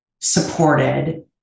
supported